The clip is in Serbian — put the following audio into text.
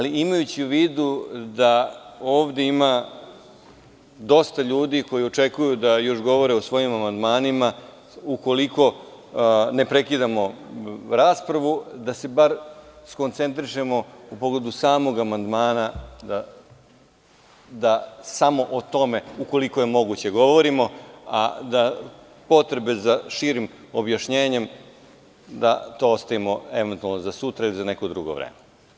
Imajući u vidu da ovde ima dosta ljudi koji očekuju da još govore o svojim amandmanima, ukoliko ne prekidamo raspravu, da se bar skoncentrišemo u pogledu samog amandmana, da ukoliko je moguće samo o tome govorimo, a da potrebu za širim objašnjenjem ostavimo eventualno za sutra ili za neko drugo vreme.